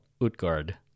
utgard